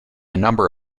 number